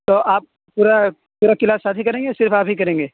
تو آپ پورا پورا کلاس ساتھی کریں گے یا صرف آپ ہی کریں گے